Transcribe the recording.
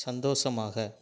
சந்தோஷமாக